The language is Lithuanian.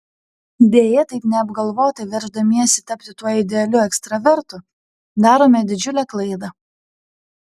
deja taip neapgalvotai verždamiesi tapti tuo idealiu ekstravertu darome didžiulę klaidą